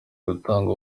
gutanga